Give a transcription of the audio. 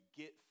get